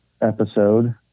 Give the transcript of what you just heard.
episode